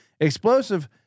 explosive